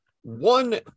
one